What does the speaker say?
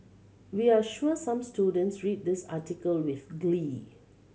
we're sure some students read this article with glee